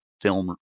film